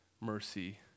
mercy